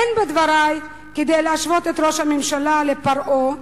אין בדברי כדי להשוות את ראש הממשלה לפרעה,